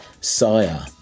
Sire